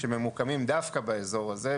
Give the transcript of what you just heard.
שממוקמים דווקא באזור הזה,